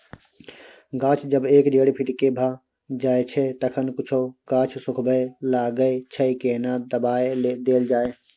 गाछ जब एक डेढ फीट के भ जायछै तखन कुछो गाछ सुखबय लागय छै केना दबाय देल जाय?